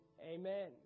amen